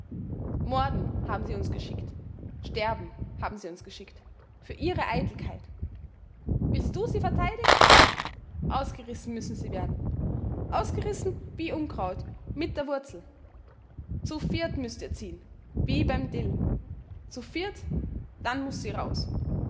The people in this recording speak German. morden haben sie uns geschickt sterben haben sie uns geschickt für ihre eitelkeit willst du sie verteidigen ausgerissen müssen sie werden ausgerissen wie unkraut mit der wurzel zu viert müßt ihr zieh'n wie beim dill zu viert dann muß sie raus